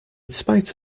spite